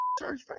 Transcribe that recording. church